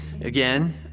Again